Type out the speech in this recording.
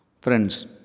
Friends